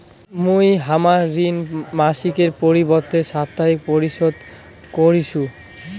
মুই হামার ঋণ মাসিকের পরিবর্তে সাপ্তাহিক পরিশোধ করিসু